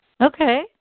Okay